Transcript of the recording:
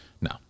no